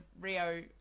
Rio